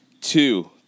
Two